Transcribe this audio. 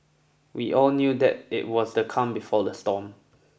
we all knew that it was the calm before the storm